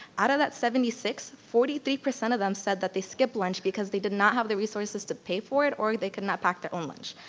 out of that seventy six, forty three percent of them said that they skip lunch because they did not have the resources to pay for it, or they could not pack their own lunch,